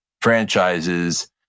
franchises